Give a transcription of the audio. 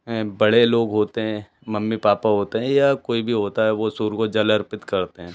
हैं बड़े लोग होते हें मम्मी पापा होते हैं या कोई भी होता है वो सूर्य को जल अर्पित करते हैं